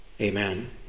Amen